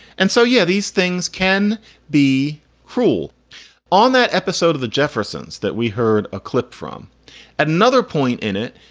and so, yeah, these things can be cruel on that episode of the jeffersons that we heard a clip from. at another point in it,